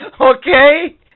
Okay